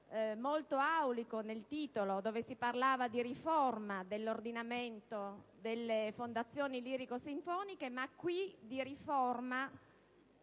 molto aulico nel titolo, dove si parlava di riforma dell'ordinamento delle fondazioni lirico-sinfoniche, ma che di riforma,